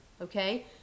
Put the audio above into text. okay